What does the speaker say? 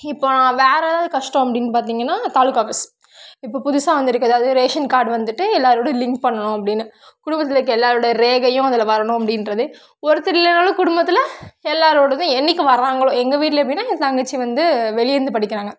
இப்போ நான் வேறு ஏதாவது கஷ்டம் அப்படின்னு பார்த்தீங்கன்னா தாலுகா ஆஃபீஸ் இப்போ புதுசாக வந்திருக்கறது அதாவது ரேஷன் கார்ட் வந்துவிட்டு எல்லாரோடையும் லிங்க் பண்ணணும் அப்படின்னு குடும்பத்தில் இருக்கற எல்லாரோடய ரேகையும் அதில் வரணும் அப்படின்றது ஒருத்தர் இல்லைனாலும் குடும்பத்தில் எல்லாரோடதும் என்றைக்கு வராங்களோ எங்கள் வீட்டில் எப்படின்னா என் தங்கச்சி வந்து வெளியே இருந்து படிக்கிறாங்க